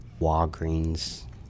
Walgreens